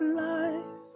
life